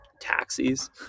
taxis